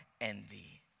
envy